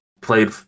played